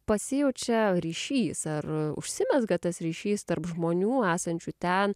pasijaučia ryšys ar užsimezga tas ryšys tarp žmonių esančių ten